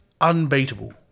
unbeatable